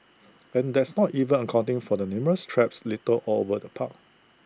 and that's not even accounting for the numerous traps littered all over the park